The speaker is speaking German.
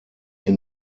mit